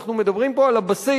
אנחנו מדברים פה על הבסיס,